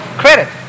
credit